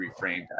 reframed